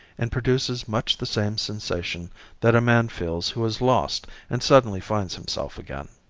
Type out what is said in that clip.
and produces much the same sensation that a man feels who is lost and suddenly finds himself again.